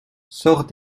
sors